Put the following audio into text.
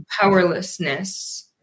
powerlessness